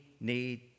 need